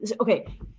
okay